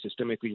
systemically